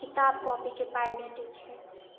किताब कॉपीके पाइ भेटै छै